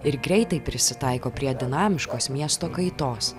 ir greitai prisitaiko prie dinamiškos miesto kaitos